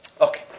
Okay